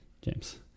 James